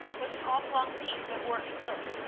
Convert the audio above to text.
was an oblong piece of worked silk,